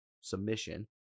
submission